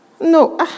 No